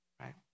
right